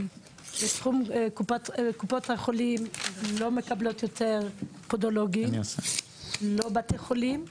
קופות החולים לא מקבלות יותר פודולוגים וגם לא בתי חולים.